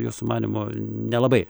jūsų manymu nelabai